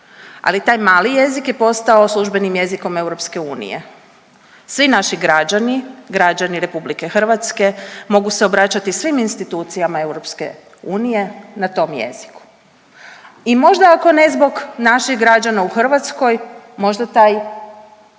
Ali taj mali jezik je postao službenim jezikom EU, svi naši građani, građani RH mogu se obraćati svim institucijama EU na tom jeziku i možda ako ne zbog naših građana u Hrvatskoj možda taj